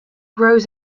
grows